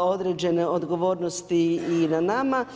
određene odgovornosti i na nama.